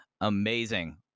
amazing